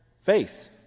faith